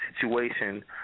situation